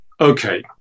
Okay